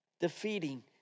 defeating